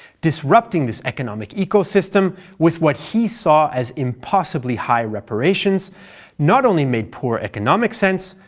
disrupting this economic ecosystem with what he saw as impossibly high reparations not only made poor economic sense,